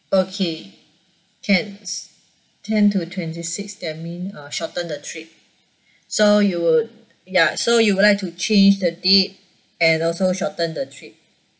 okay can tenth to twenty sixth that mean uh shorten the trip so you would ya so you would like to change the date and also shorten the trip